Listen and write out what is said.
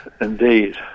indeed